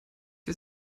wir